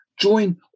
join